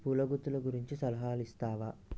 పూల గుత్తుల గురించి సలహాలిస్తావా